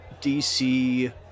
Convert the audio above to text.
DC